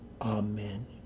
Amen